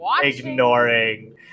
ignoring